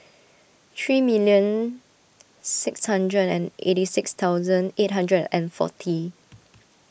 three million six hundred and eighty six thousand eight hundred and forty